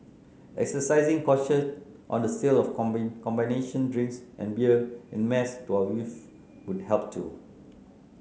exercising caution on the sale of combination drinks and beer en mass to our youth would help too